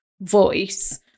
voice